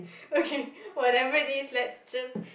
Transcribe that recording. okay whatever it is let's just